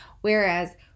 Whereas